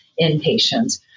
inpatients